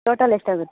total ಎಷ್ಟಾಗುತ್ತೆ